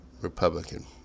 Republican